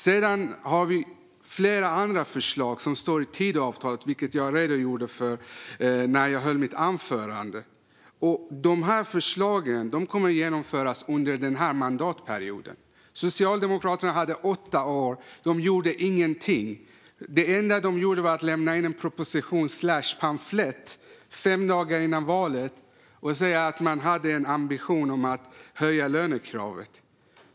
I Tidöavtalet finns flera andra förslag, vilket jag redogjorde för i mitt anförande, som kommer att genomföras under mandatperioden. Socialdemokraterna hade åtta år på sig. Det enda de gjorde var att lämna in en proposition slash pamflett fem dagar innan valet och säga att man hade en ambition att höja lönekravet.